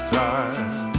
time